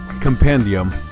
compendium